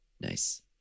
Nice